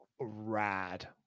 rad